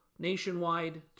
Nationwide